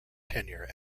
tenure